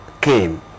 came